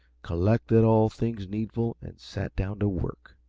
collected all things needful, and sat down to work.